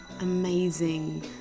amazing